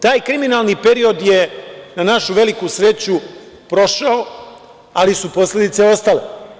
Taj kriminalni period je, na našu veliku sreću, prošao ali su posledice ostale.